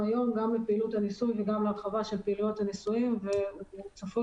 היום גם לפעילות הניסוי וגם להרחבה של פעילויות הניסויים והוא צפוי